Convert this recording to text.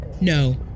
No